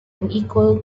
unequal